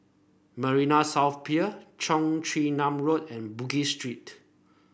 Marina South Pier Cheong Chin Nam Road and Bugis Street